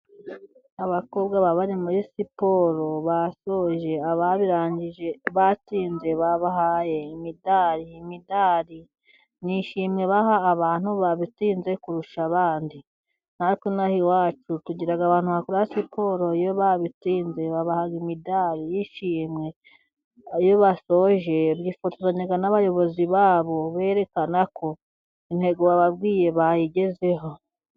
Abakobwa bari bari muri siporo basoje. Ababirangije batsinze babahaye imidari. Imidari ni ishimwe baha abantu babitsinze kurusha abandi. na twe inaha iwacu tugira abantu bakora siporo. Iyo babitsinze babaha imidari y'ishimwe. Iyo basoje bifotozanya n'abayobozi babo berekana ko intego bababwiye bayigezeho.